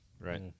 Right